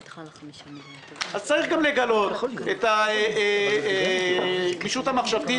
אז צריך גם לגלות את הגמישות המחשבתית,